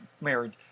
married